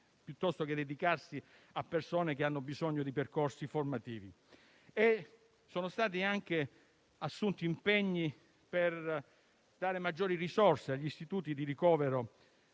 campo anziché dedicarsi a persone che hanno bisogno di percorsi formativi. Sono stati anche assunti impegni per dare maggiori risorse agli istituti di ricovero